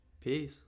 Peace